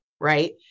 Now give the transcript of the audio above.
right